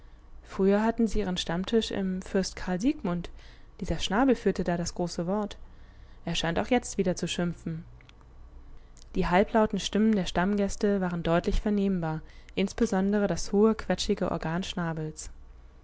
früher hatten sie ihren stammtisch im fürst karl sigmund dieser schnabel führte da das große wort er scheint auch jetzt wieder zu schimpfen die halblauten stimmen der stammgäste waren deutlich vernehmbar insbesondere das hohe quetschige